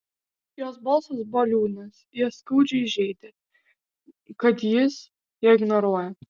jos balsas buvo liūdnas ją skaudžiai žeidė kad jis ją ignoruoja